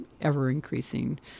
ever-increasing